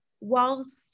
whilst